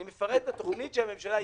אני מפרט את התוכנית שהממשלה אישרה.